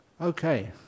Okay